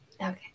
Okay